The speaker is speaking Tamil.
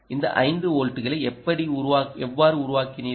இந்த 5 வோல்ட்டுகளை எவ்வாறு உருவாக்கினீர்கள்